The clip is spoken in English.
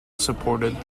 supported